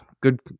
Good